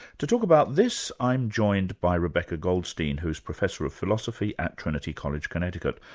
to talk about this i'm joined by rebecca goldstein, who's professor of philosophy at trinity college, connecticut.